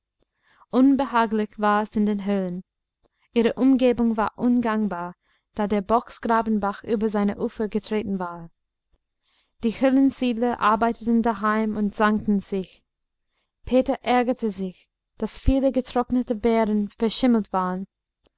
unbehaglich war's in den höhlen ihre umgebung war ungangbar da der bocksgrabenbach über seine ufer getreten war die höhlensiedler arbeiteten daheim und zankten sich peter ärgerte sich daß viele getrocknete beeren verschimmelt waren